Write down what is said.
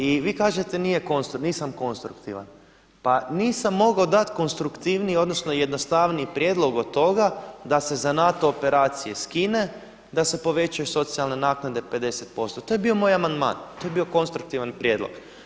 I vi kažete nisam konstruktivan, pa nisam mogao dati konstruktivniji odnosno jednostavniji prijedlog od toga da se za NATO operacije skine, da se povećaju socijalne naknade 50%. to je bio moj amandman, to je bio konstruktivan prijedlog.